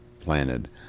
planted